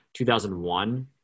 2001